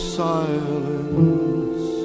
silence